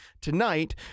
tonight